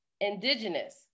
indigenous